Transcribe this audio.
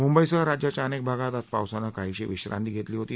मुंबईसह राज्याच्या अनेक भागात आज पावसानं काहिशी विश्रांती घेतली होती